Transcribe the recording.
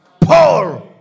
Paul